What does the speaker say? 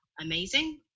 amazing